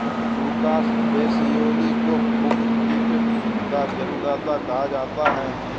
Lucas Pacioli book keeping कीपिंग का जन्मदाता कहा जाता है